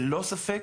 ללא ספק,